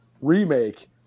remake